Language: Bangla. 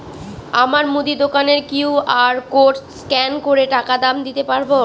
আমার মুদি দোকানের কিউ.আর কোড স্ক্যান করে টাকা দাম দিতে পারব?